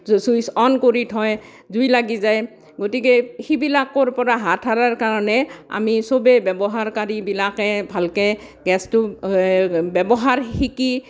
switch on কৰি থয় জুই লাগি যায় গতিকে সেইবিলাকৰ পৰা হাত সৰাৰ কাৰণে আমি সবেই ব্যৱহাৰকাৰীবিলাকে ভালকৈ গেছটো এ ব্যৱহাৰ শিকি